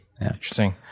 Interesting